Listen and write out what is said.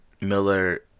Miller